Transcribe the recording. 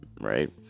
right